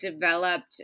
developed